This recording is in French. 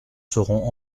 seront